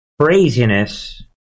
craziness